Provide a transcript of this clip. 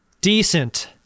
Decent